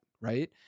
right